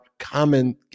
common